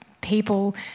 people